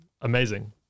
amazing